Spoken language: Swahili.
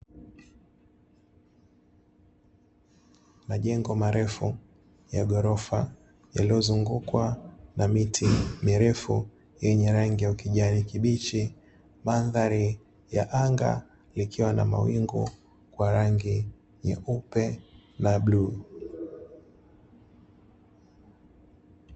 Majengo marefu ya gorofa yaliyo zungukwa na miti mirefu yenye rangi ya kijani kibichi madhari ya anga likiwa na mawingu kwa rangi nyeupe na bluu.